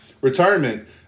retirement